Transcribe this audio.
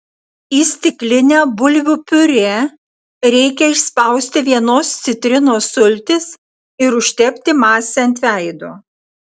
į stiklinę bulvių piurė reikia išspausti vienos citrinos sultis ir užtepti masę ant veido